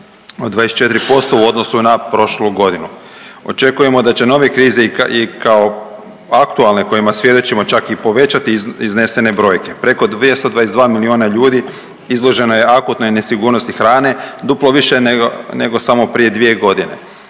24% u odnosu na prošlu godinu. Očekujemo da će nove krize i kao aktualne kojima svjedočimo čak i povećati iznesene brojke. Preko 222 milijuna ljudi izloženo je akutnoj nesigurnosti hrane, duplo više nego samo prije dvije godine.